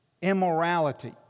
immorality